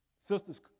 Sisters